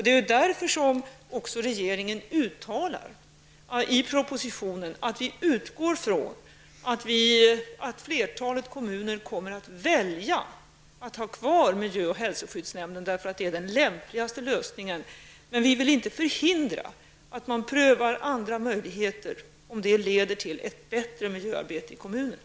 Det är därför som regeringen i propositionen uttalar att man utgår från att flertalet kommuner kommer att välja att ha kvar miljö och hälsoskyddsnämnderna, därför att det är den lämpligaste lösningen. Men vi vill inte förhindra att man prövar andra möjligheter om de leder till ett bättre miljöarbete i kommunerna.